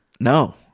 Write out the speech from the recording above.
No